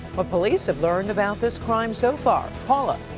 what police have learned about this crime so far. paula?